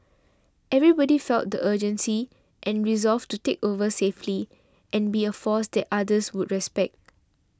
everybody felt the urgency and resolve to take over safely and be a force that others would respect